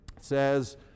says